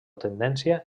tendència